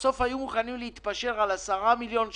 בסוף הם היו חייבים להתפשר על 10 מיליון שקל,